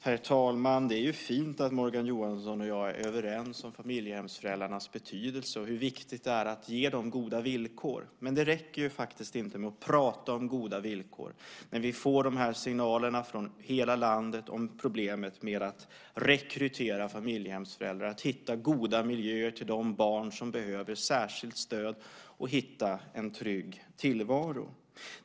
Herr talman! Det är ju fint att Morgan Johansson och jag är överens om familjehemsföräldrarnas betydelse och om hur viktigt det är att ge dem goda villkor. Men det räcker faktiskt inte att prata om goda villkor när vi får de här signalerna från hela landet om problemet med att rekrytera familjehemsföräldrar, att hitta goda miljöer till de barn som behöver särskilt stöd och att hitta en trygg tillvaro.